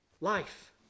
life